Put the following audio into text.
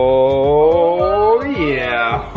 oh yeah.